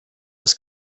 les